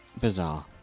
bizarre